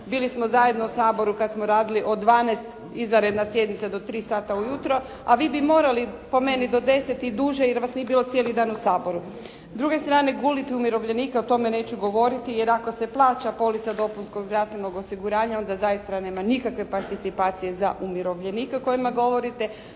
bili smo zajedno u Saboru kada smo radili od 12. izvanredna sjednica do 3 sata ujutro, a vi bi morali po meni do 10 i duže, jer vas nije bilo cijeli dan u Saboru. S druge strane guliti umirovljenika o tome neću govoriti, jer ako se plaća polica dopunskog zdravstvenog osiguranja, onda zaista nema nikakve participacije za umirovljenika o kojima govorite.